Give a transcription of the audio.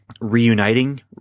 reuniting